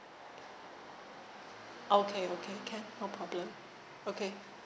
okay okay can no problem okay